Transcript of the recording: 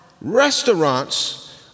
restaurants